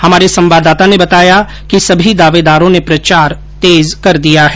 हमारे संवाददाता ने बताया कि सभी दावेदारों ने प्रचार तेज कर दिया है